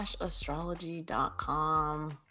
astrology.com